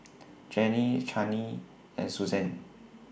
Jenny Channie and Susann